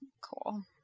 Cool